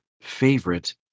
favorite